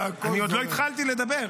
והכול --- אני עוד לא התחלתי לדבר.